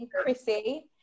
Chrissy